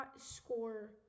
score